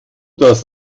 das